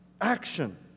action